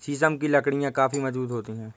शीशम की लकड़ियाँ काफी मजबूत होती हैं